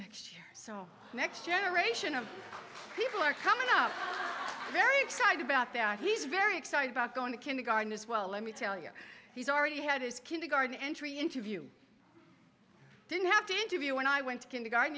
wellington so next generation of people are coming up was very excited about that he's very excited about going to kindergarten as well let me tell you he's already had his kindergarten entry interview didn't have to interview when i went to kindergarten